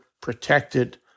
protected